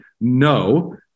no